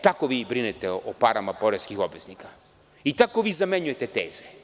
Tako vi brinete o parama poreskih obveznika i tako vi zamenjujete teze.